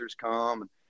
come